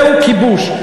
זהו כיבוש.